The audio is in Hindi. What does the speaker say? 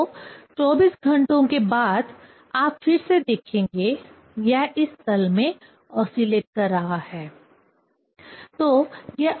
तो 24 घंटों के बाद आप फिर से देखेंगे यह इस तल में ओसीलेट कर रहा है